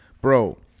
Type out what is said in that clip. Bro